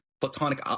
platonic